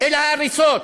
אל ההריסות?